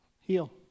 Heal